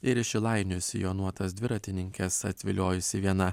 ir į šilainius sijonuotas dviratininkes atviliojusi viena